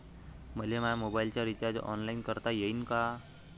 मले माया मोबाईलचा रिचार्ज ऑनलाईन करता येईन का?